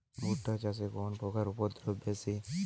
ভুট্টা চাষে কোন পোকার উপদ্রব বেশি?